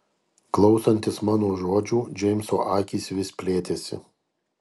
klausantis mano žodžių džeimso akys vis plėtėsi